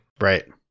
Right